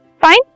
Fine